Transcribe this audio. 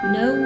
no